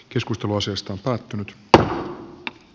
keskusta moosesta pakn p e a